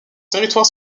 territoire